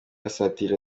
asatira